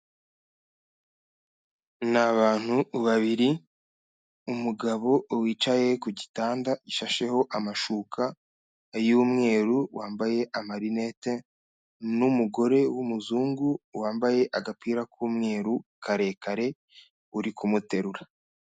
Ni abantu babiri, umugabo wicaye ku gitanda gishasheho amashuka y'umweru, wambaye amarinete n'umugore w'umuzungu wambaye agapira k'umweru karekare, uri kumuterura.